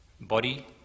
body